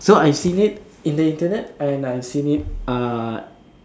so I seen it in the Internet and I seen it uh